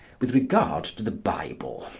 with regard to the bible,